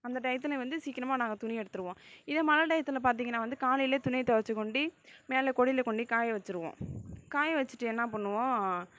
அந்த டையத்தில் வந்து சீக்கிரமா நாங்கள் துணி எடுத்துடுவோம் இதே மழை டையத்தில் பார்த்தீங்கன்னா வந்து காலையிலே துணியை துவைச்சி கொண்டு மேலே கொடியில் கொண்டு காய வச்சுருவோம் காய வச்சுட்டு என்ன பண்ணுவோம்